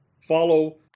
follow